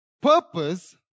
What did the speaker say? purpose